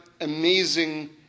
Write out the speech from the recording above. amazing